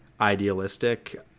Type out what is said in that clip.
idealistic